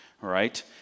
right